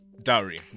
dowry